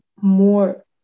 more